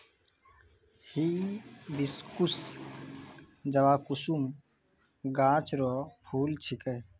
hibiscus जवाकुसुम गाछ रो फूल छिकै